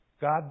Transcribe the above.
God